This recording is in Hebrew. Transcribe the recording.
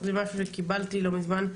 זה משהו שקיבלתי לא מזמן,